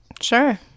Sure